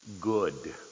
good